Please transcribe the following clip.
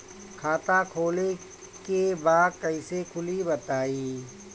खाता खोले के बा कईसे खुली बताई?